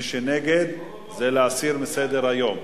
מי שנגד זה להסיר מסדר-היום.